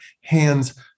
hands